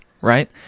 right